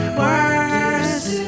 worse